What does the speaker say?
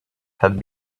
had